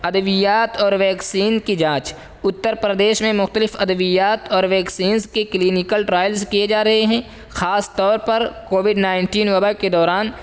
ادویات اور ویکسین کی جانچ اترپردیش میں مختلف ادویات اور ویکسینس کی کلینکل ٹرائلز کیے جا رہے ہیں خاص طور پر کووڈ نائنٹین وبا کے دوران